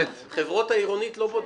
אבל חברות העירונית לא בודקת.